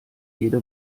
jede